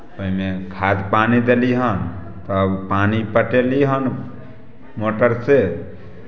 ओहिमे खाद पानि देली हन तब पानि पटेली हन मोटरसँ